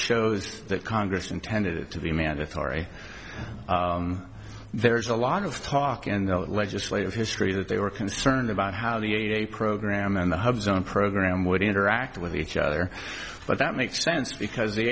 shows that congress intended it to be mandatory there's a lot of talk in the legislative history that they were concerned about how the a program and the hub zone program would interact with each other but that makes sense because the